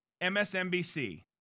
MSNBC